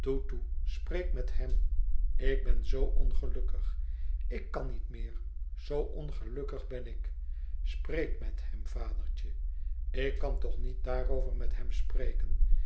spreek met hem ik ben zoo ongelukkig ik kan niet meer zoo ongelukkig ben ik spreek met hem vadertje ik kan toch niet daarover met hem spreken